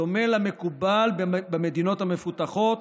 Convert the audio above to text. בדומה למקובל במדינות המפותחות